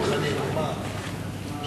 מה יקרה בוועדת הכספים?